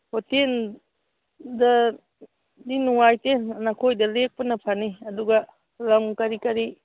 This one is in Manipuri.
ꯍꯣꯇꯦꯜꯗꯗꯤ ꯅꯨꯡꯉꯥꯏꯇꯦ ꯅꯈꯣꯏꯗ ꯂꯦꯛꯄꯅ ꯐꯅꯤ ꯑꯗꯨꯒ ꯂꯝ ꯀꯔꯤ ꯀꯔꯤ